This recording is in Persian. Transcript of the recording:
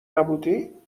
نبودی